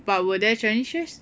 but were there Chinese chess